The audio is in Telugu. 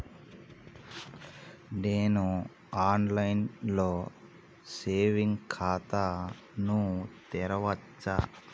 నేను ఆన్ లైన్ లో సేవింగ్ ఖాతా ను తెరవచ్చా?